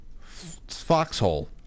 Foxhole